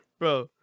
Bro